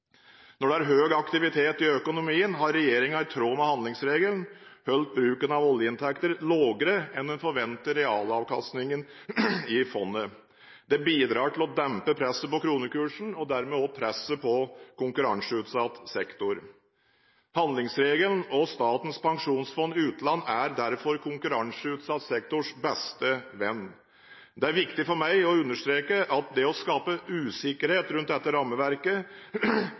Når det er høy aktivitet i økonomien, har regjeringen i tråd med handlingsregelen holdt bruken av oljeinntekter lavere enn den forventede realavkastningen i fondet. Det bidrar til å dempe presset på kronekursen og dermed også presset på konkurranseutsatt sektor. Handlingsregelen og Statens pensjonsfond utland er derfor konkurranseutsatt sektors beste venn. Det er viktig for meg å understreke at det å skape usikkerhet rundt dette rammeverket